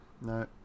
No